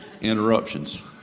Interruptions